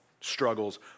struggles